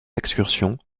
excursions